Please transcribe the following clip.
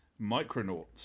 Micronauts